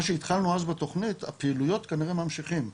מה שהתחלנו אז בתוכנית, הפעילויות כנראה ממשיכות.